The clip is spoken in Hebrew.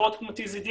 תרופות כמו TZD,